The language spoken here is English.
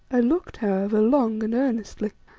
i looked, however, long and earnestly.